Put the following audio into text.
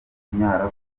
kunyara